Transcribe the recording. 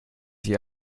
sich